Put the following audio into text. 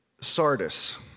Sardis